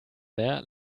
there